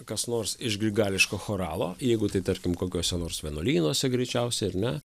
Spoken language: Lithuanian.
kas nors iš grigališko choralo jeigu tai tarkim kokiuose nors vienuolynuose greičiausiai ar ne